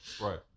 Right